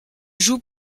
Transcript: joue